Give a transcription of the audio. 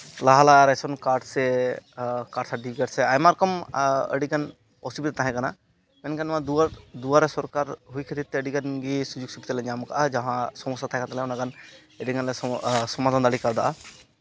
ᱞᱟᱦᱟ ᱞᱟᱦᱟ ration card ᱥᱮ ᱟᱭᱢᱟ ᱨᱚᱠᱚᱢ ᱟᱹᱰᱤᱜᱟᱱ ᱚᱥᱩᱵᱤᱫᱷᱟ ᱛᱟᱦᱮᱸ ᱠᱟᱱᱟ ᱢᱮᱱᱠᱷᱟ ᱱᱚᱣᱟ ᱫᱩᱣᱟᱨᱮ ᱥᱚᱨᱠᱟᱨ ᱦᱩᱭ ᱠᱷᱟᱹᱛᱤᱨ ᱛᱮ ᱟᱹᱰᱤᱜᱟᱱ ᱜᱮ ᱥᱩᱡᱳᱜᱽ ᱥᱩᱵᱤᱫᱷᱟ ᱞᱮ ᱧᱟᱢ ᱠᱟᱜᱼᱟ ᱡᱟᱦᱟᱸ ᱥᱚᱢᱚᱥᱥᱟ ᱛᱟᱦᱮᱸ ᱠᱟᱱ ᱛᱟᱞᱮᱭᱟ ᱚᱱᱟᱜᱟᱱ ᱟᱹᱰᱤᱜᱟᱱ ᱞᱮ ᱥᱚᱢᱟᱫᱷᱟᱱ ᱫᱟᱲᱮ ᱠᱟᱣᱫᱟ